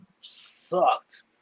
sucked